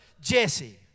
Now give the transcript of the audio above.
Jesse